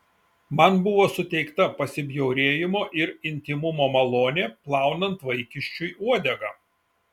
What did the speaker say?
man buvo suteikta pasibjaurėjimo ir intymumo malonė plaunant vaikiščiui uodegą